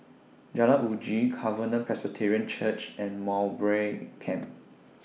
Jalan Uji Covenant Presbyterian Church and Mowbray Camp